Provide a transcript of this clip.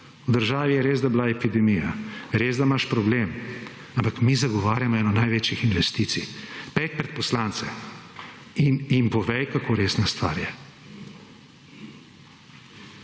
v državi je resda bila epidemija, res da imaš problem, ampak mi zagovarjamo eno največjih investicij. Pojdi pred poslance in jim povej kako resna stvar je.